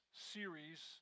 series